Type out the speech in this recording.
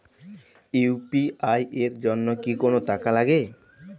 UPI এর জন্য কি কোনো টাকা লাগে?